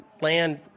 land